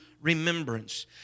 remembrance